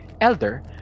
elder